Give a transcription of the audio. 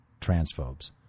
transphobes